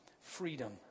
freedom